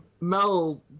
Mel